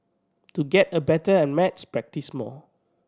to get a better at maths practise more